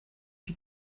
die